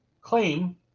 Claim